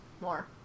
more